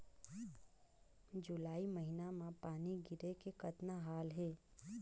जुलाई महीना म पानी गिरे के कतना हाल हे?